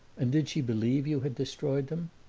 and did she believe you had destroyed them?